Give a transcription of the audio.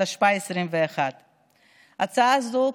התשפ"א 2021. הצעה זו,